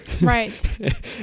right